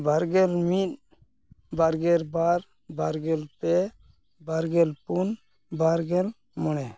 ᱵᱟᱨ ᱜᱮᱞ ᱢᱤᱫ ᱵᱟᱨ ᱜᱮᱞ ᱵᱟᱨ ᱵᱟᱨ ᱜᱮᱞ ᱯᱮ ᱵᱟᱨ ᱜᱮᱞ ᱯᱩᱱ ᱵᱟᱨ ᱜᱮᱞ ᱢᱚᱬᱮ